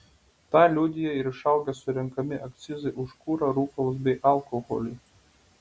tą liudija ir išaugę surenkami akcizai už kurą rūkalus bei alkoholį